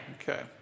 Okay